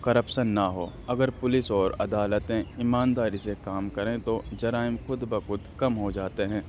corruption نہ ہو اگر پولیس اور عدالتیں ایمانداری سے کام کریں تو جرائم خود بخود کم ہو جاتے ہیں